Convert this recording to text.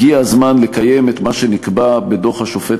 הגיע הזמן לקיים את מה שנקבע בדוח השופט